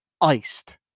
iced